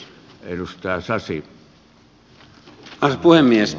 arvoisa puhemies